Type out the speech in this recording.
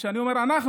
כשאני אומר "אנחנו",